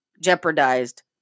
jeopardized